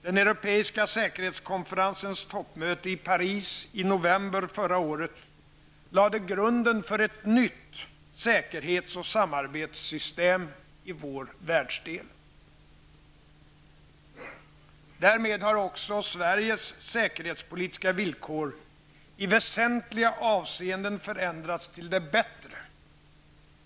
Den europeiska säkerhetskonferensens toppmöte i Paris i november förra året lade grunden för ett nytt säkerhets och samarbetssystem i vår världsdel. Därmed har också Sveriges säkerhetspolitiska villkor i väsentliga avseenden förändrats till det bättre.